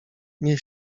nie